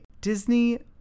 Disney